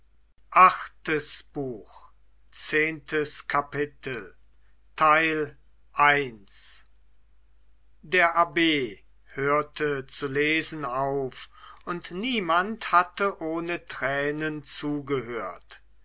zehntes kapitel der abb hörte zu lesen auf und niemand hatte ohne tränen zugehört